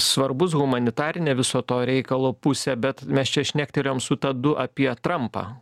svarbus humanitarinė viso to reikalo pusė bet mes čia šnektelėjom su tadu apie trampą